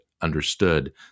understood